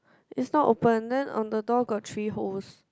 it's not opened then on the door got three holes